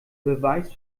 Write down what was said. beweis